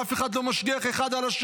ואף אחד לא משגיח על השני,